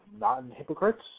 non-hypocrites